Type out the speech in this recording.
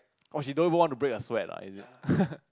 cause she don't even want to break a sweat ah is it